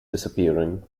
disappearing